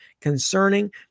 concerning